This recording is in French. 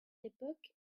époque